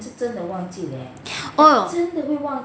oh